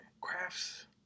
crafts